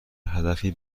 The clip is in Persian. هدفی